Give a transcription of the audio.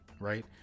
right